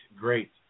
great